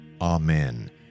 Amen